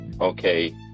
Okay